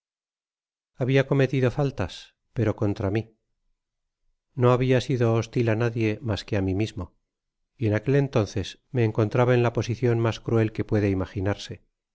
jjahia cometido faltas pero contra mi no habia sido nostil á nadie mas que á mi mismo ep aquel entonces me encontraba en la posicion mas cruel que puede imaginarse